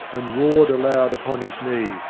and roared aloud upon his knee,